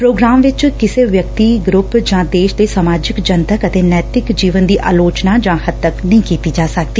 programme ਵਿਚ ਕਿਸੇ ਵਿਅਕਤੀ ਗਰੁੱਪ ਜਾਂ ਦੇਸ਼ ਦੇ ਸਮਾਜਿਕ ਜਨਤਕ ਅਤੇ ਨੈਤਿਕ ਜੀਵਨ ਦੀ ਆਲੋਚਨਾ ਜਾਂ ਹੱਤਕ ਨਹੀਂ ਕੀਤੀ ਜਾ ਸਕਦੀ